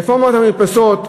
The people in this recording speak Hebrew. רפורמת המרפסות,